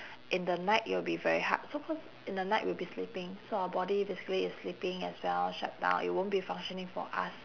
in the night it'll be very hard so cause in the night we'll be sleeping so our body basically is sleeping as well shut down it won't be functioning for us